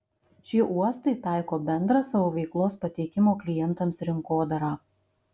šie uostai taiko bendrą savo veiklos pateikimo klientams rinkodarą